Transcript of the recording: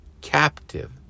captive